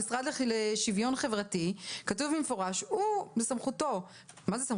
המשרד לשוויון חברתי וזה כתוב במפורש שהוא בסמכותו יותר נכון